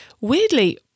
weirdly